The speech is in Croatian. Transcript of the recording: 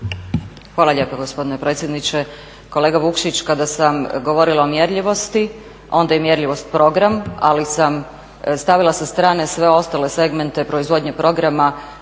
Hvala lijepa gospodine predsjedniče. Kolega Vukšić, kada sam govorila o mjerljivosti onda je mjerljivost program. Ali sam stavila sa strane sve ostale segmente proizvodnje programa.